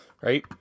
right